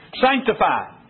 sanctified